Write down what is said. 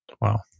Wow